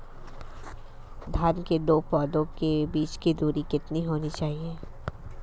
धान के दो पौधों के बीच की दूरी कितनी होनी चाहिए?